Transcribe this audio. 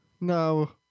No